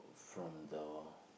from the